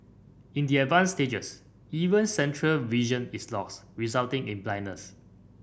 in the advanced stages even central vision is lost resulting in blindness